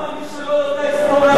למה מי שלא יודע היסטוריה מדבר היסטוריה?